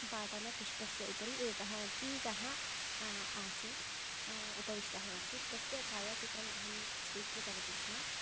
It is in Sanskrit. पाटलपुष्पस्य उपरि एकः कीटः आसीत् उपविष्टः आसीत् तस्य छायाचित्रम् अहं स्वीकृतवती स्म